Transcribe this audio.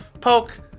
poke